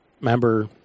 member